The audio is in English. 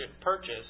purchase